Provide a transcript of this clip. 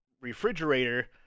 refrigerator